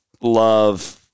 love